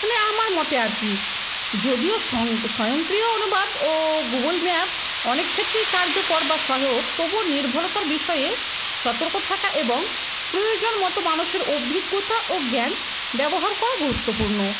মানে আমার মতে আর কি যদিও স্বয়ংক্রিয় অনুবাদ ও গুগল ম্যাপ অনেক ক্ষেত্রেই কার্যকর বা সহায়ক তবুও নির্ভলতার বিষয়ে সতর্ক থাকা এবং প্রয়োজন মতো মানুষের অভিজ্ঞতা ও জ্ঞান ব্যবহার করা গুরুত্বপূর্ণ